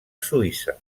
suïssa